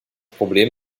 problem